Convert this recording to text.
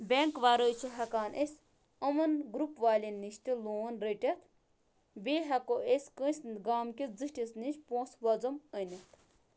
bank وَرٲے چھِ ہٮ۪کان أسۍ یِمَن گرُپ والٮ۪ن نِش تہِ لون رٔٹِتھ بیٚیہِ ہٮ۪کو أسۍ کٲنٛسہِ گامکِس زِٹھِس نِش پونٛسہٕ وَزُم أنِتھ